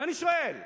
אני שואל: